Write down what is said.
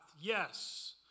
yes